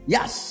Yes